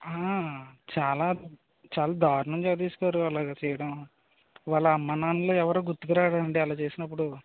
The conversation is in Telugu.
ఆ చాలా దారుణం జగదీష్ గారు అలాగ చేయడం వాళ్ళ అమ్మా నాన్నలు ఎవరూ గుర్తుకు రారా అండి అలా చేసినప్పుడు